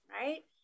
right